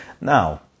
Now